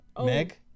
Meg